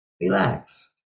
relax